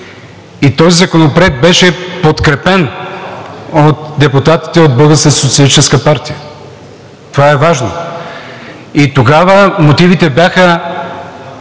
и този законопроект беше подкрепен от депутатите от Българската социалистическа партия. Това е важно. Тогава мотивите бяха